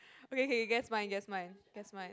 okay okay guess mine guess mine guess mine